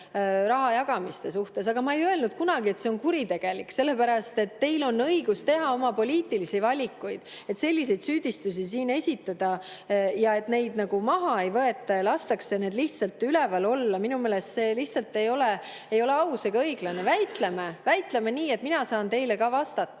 rahajagamiste suhtes, aga ma ei öelnud kunagi, et see on kuritegelik, sellepärast et teil on õigus teha oma poliitilisi valikuid. Selliseid süüdistusi siin esitada ja et neid nagu maha ei võeta ja lastakse neil lihtsalt üleval olla – minu meelest see lihtsalt ei ole aus ega õiglane. Väitleme! Väitleme nii, et mina saan teile ka vastata,